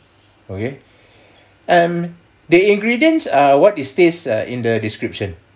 okay um the ingredients are what it says in the description